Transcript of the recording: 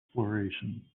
exploration